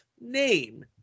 name